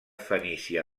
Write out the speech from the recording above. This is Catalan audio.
fenícia